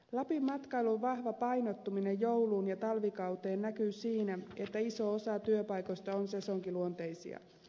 lapin matkailun vahva painottuminen jouluun ja talvikauteen näkyy siinä että iso osa työpaikoista on sesonkiluonteisia